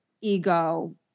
ego